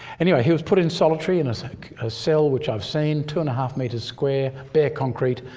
anyway he was put in solitary, in a so like ah cell which i've seen two-and-a-half metres square, bare concrete,